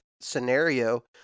scenario